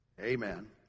amen